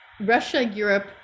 Russia-Europe